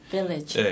Village